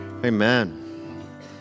Amen